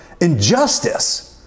injustice